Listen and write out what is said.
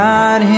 God